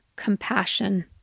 compassion